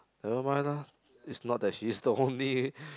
never mind lah it's not that she's the only